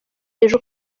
ejo